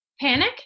Panic